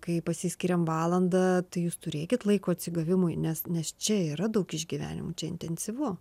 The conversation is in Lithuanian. kai pasiskiriam valandą jūs turėkit laiko atsigavimui nes nes čia yra daug išgyvenimų čia intensyvu